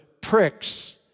pricks